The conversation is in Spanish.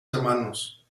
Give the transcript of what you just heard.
hermanos